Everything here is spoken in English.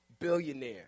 Billionaire